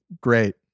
great